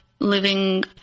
living